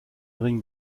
ring